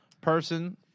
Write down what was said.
person